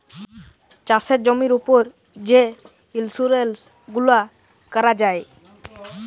চাষের জমির উপর যে ইলসুরেলস গুলা ক্যরা যায়